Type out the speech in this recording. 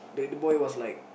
then the boy was like